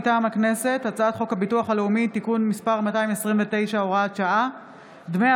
הכניסו אותו לאותו בית כלא דמיוני והרעיבו אותו.